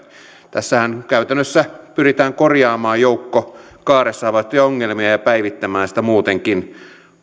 tässähän käytännössä pyritään korjaamaan joukko kaaressa havaittuja ongelmia ja päivittämään sitä muutenkin